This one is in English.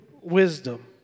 wisdom